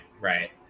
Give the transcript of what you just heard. right